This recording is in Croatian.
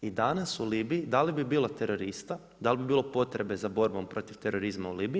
I danas u Libiji da li bi bilo terorista, da li bi bilo potrebe za borbom protiv terorizma u Libiji?